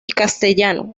castellano